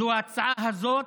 זו ההצעה הזאת,